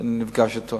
אני נפגש אתו.